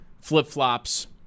flip-flops